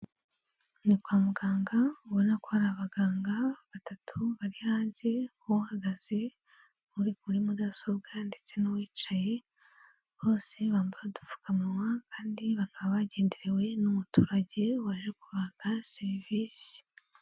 Ni kwa muganga ubona ko hari abaganga batatu bari hanze, uhagaze, uri buri mudasobwa ndetse n'uwicaye, bose bambaye udupfukamunwa kandi bakaba bagenderewe n'umuturage waje kubaka serivise.